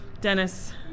Dennis